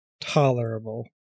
tolerable